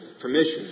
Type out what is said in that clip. permission